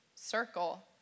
circle